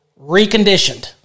Reconditioned